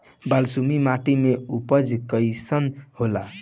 बालसुमी माटी मे उपज कईसन होला?